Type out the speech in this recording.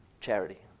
charity